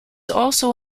also